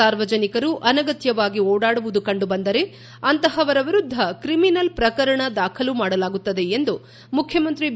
ಸಾರ್ವಜನಿಕರು ಅನಗತ್ಯವಾಗಿ ಓಡಾಡುವುದು ಕಂಡು ಬಂದರೆ ಅಂತಹವರ ವಿರುದ್ದ ಕ್ರಿಮಿನಲ್ ಪ್ರಕರಣ ದಾಖಲು ಮಾಡಲಾಗುತ್ತದೆ ಎಂದು ಮುಖ್ಯಮಂತ್ರಿ ಬಿ